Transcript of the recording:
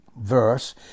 verse